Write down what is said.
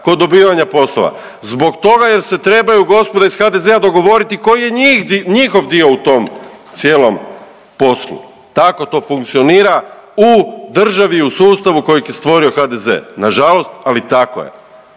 kod dobivanja poslova? Zbog toga jer se trebaju gospoda iz HDZ-a dogovoriti koji je njihov dio u tom cijelom poslu, tako to funkcionira u državi i u sustavu kojeg je stvorio HDZ, nažalost ali tako je,